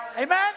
Amen